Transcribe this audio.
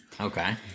Okay